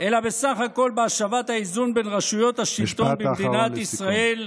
אלא בסך הכול בהשבת האיזון בין רשויות השלטון במדינת ישראל,